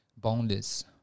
Boundless